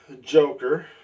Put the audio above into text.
Joker